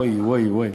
וואי וואי וואי,